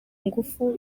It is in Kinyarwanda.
ngufu